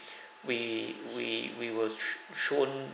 we we we were sh~ shown